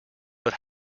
but